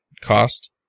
cost